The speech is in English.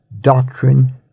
doctrine